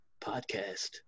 podcast